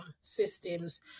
systems